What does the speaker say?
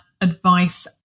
advice